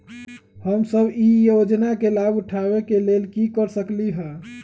हम सब ई योजना के लाभ उठावे के लेल की कर सकलि ह?